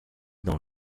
dans